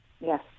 Yes